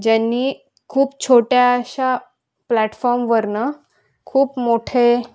ज्यांनी खूप छोट्याशा प्लॅटफॉर्मवरून खूप मोठे